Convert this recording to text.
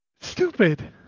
Stupid